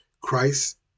Christ